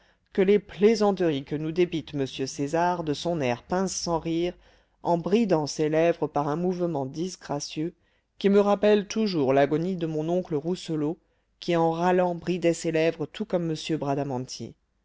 que les plaisanteries que nous débite m césar de son air pince sans rire en bridant ses lèvres par un mouvement disgracieux qui me rappelle toujours l'agonie de mon oncle rousselot qui en râlant bridait ses lèvres tout comme